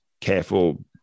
careful